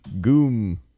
Goom